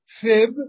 fib